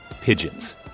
pigeons